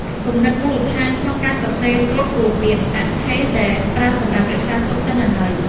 គំនិតមូលដ្ឋានក្នុងការសរសេរកូដរួមមាន អថេរ ដែលប្រើសម្រាប់រក្សាទុកទិន្នន័យ។